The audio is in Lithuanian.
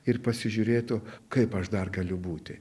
ir pasižiūrėtų kaip aš dar galiu būti